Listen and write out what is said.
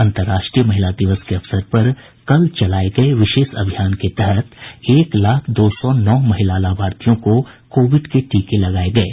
अंतरराष्ट्रीय महिला दिवस के अवसर पर कल चलाये गये विशेष अभियान के तहत एक लाख दो सौ नौ महिला लाभार्थियों को कोविड के टीके लगाये गये